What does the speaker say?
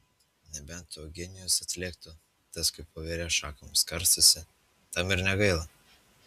nebent eugenijus atlėktų tas kaip voverė šakomis karstosi tam ir negaila